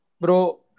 bro